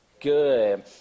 good